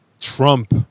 Trump